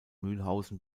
mühlhausen